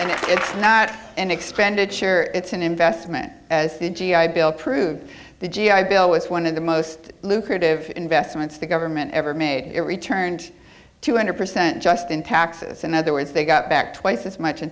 you it's not an expenditure it's an investment as the g i bill proved the g i bill was one of the most lucrative investments the government ever made it returned two hundred percent just in taxes in other words they got back twice as much in